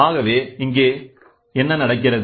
எனவேஇங்கு நடக்கிறது